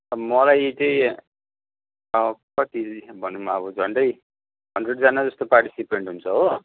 मलाई त्यही कति भनौँ अब झन्डै हन्ड्रेडजनाजस्तो पार्टिसिपेन्ट हुन्छ हो